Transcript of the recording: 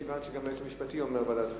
מכיוון שגם היועץ המשפטי אומר ועדת חינוך,